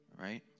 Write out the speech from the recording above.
Right